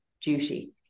duty